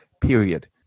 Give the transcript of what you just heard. period